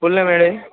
full name ಹೇಳಿ